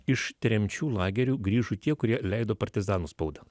iš tremčių lagerių grįžo tie kurie leido partizanų spaudą